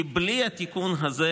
כי בלי התיקון הזה,